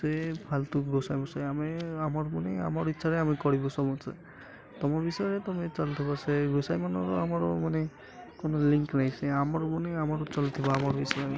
ସେ ଫାଲତୁ ଗୋଷାଇ ମୋସାଇ ଆମେ ଆମର୍ ମୁନେ ଆମର୍ ଇଚ୍ଛାରେ ଆମେ କରିବୁ ସମସ୍ତେ ତମ ବିଷୟରେ ତମେ ଚଲିଥିବ ସେ ଗୋଷାଇମାନର ଆମର ମାନେ କ'ଣ ଲିଙ୍କ୍ ନାହିଁ ସେ ଆମର ମନେ ଆମର ଚାଲି ଥିବ ଆମର୍ ବିଷୟରେ